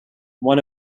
one